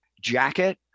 jacket